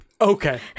Okay